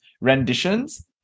renditions